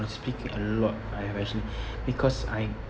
honestly speaking a lot I have actually because I